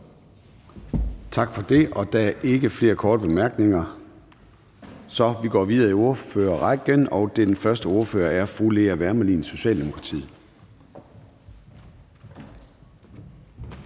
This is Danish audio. Tak for det. Der er ikke flere korte bemærkninger, så vi går i gang med ordførerrækken, og den første ordfører er fru Lea Wermelin, Socialdemokratiet.